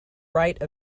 right